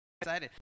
excited